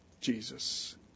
Jesus